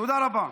תודה רבה.